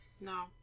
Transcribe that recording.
No